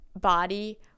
body